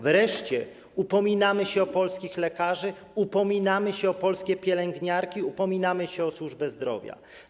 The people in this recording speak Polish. Wreszcie upominamy się o polskich lekarzy, upominamy się o polskie pielęgniarki, upominamy się o służbę zdrowia.